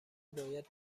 باید